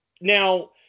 Now